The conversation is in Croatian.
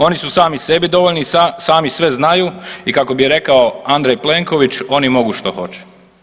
Oni su sami sebi dovoljni i sami sve znaju i kako bi rekao Andrej Plenković oni mogu što hoće.